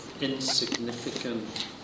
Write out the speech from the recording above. insignificant